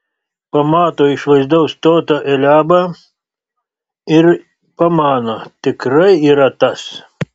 pamato išvaizdaus stoto eliabą ir pamano tikrai yra tas